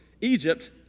Egypt